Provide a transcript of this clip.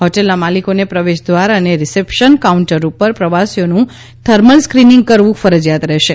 હોટેલના માલિકોને પ્રવેશદ્વાર અને રિસેપ્શન કાઉન્ટર ઉપર પ્રવાસીઓનું થર્મલ સ્ક્રિનીંગ કરવું ફરજિયાત રહેશે